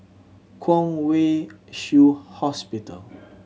Kwong Wai Shiu Hospital